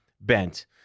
bent